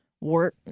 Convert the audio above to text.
work